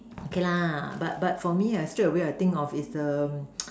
okay lah but but for me ah straight away I think of is the